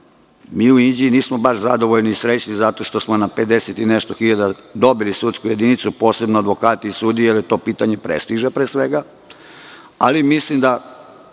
u Inđiji nismo baš zadovoljni i srećni zato što smo na 50 i nešto hiljada dobili sudsku jedinicu, posebno advokati i sudije, jer je to pitanje prestiža, pre svega, ali mislim da